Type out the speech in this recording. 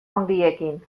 handiekin